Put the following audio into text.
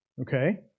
okay